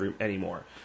anymore